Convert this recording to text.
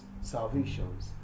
salvations